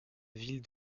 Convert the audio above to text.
ville